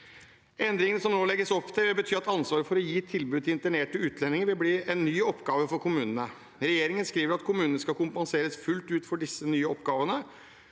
Endringene det nå legges opp til, betyr at ansvaret for å gi tilbud til internerte utlendinger vil bli en ny oppgave for kommunene. Regjeringen skriver at kommunene skal kompenseres fullt ut for disse nye oppgavene.